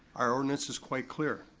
our ordinance is quite clear.